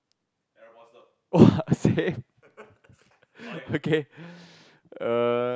!wah! same okay err